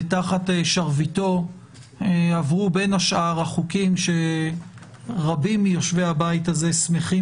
ותחת שרביטו עברו בין השאר החוקים שרבים מיושבי הבית הזה שמחים